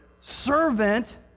servant